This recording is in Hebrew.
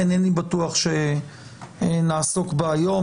אינני בטוח שנעסוק בה היום.